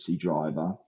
driver